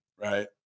Right